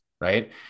right